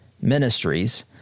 Ministries